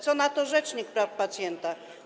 Co na to rzecznik praw pacjenta?